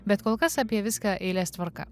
bet kol kas apie viską eilės tvarka